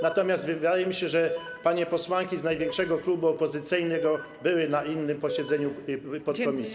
Natomiast wydaje mi się, że panie posłanki z największego klubu opozycyjnego były na innym posiedzeniu podkomisji.